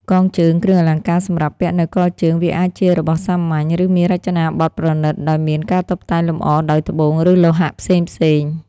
កងជើង គ្រឿងអលង្ការសម្រាប់ពាក់នៅកជើង វាអាចជារបស់សាមញ្ញ ឬមានរចនាបថប្រណិត ដោយមានការតុបតែងលម្អដោយត្បូង ឬលោហៈផ្សេងៗ។